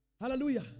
Hallelujah